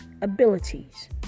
abilities